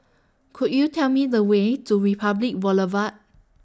Could YOU Tell Me The Way to Republic Boulevard